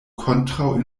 kontraŭ